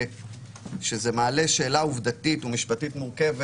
שזה מעלה שאלה עובדתית או משפטית מורכבת,